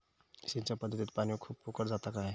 सिंचन पध्दतीत पानी खूप फुकट जाता काय?